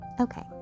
okay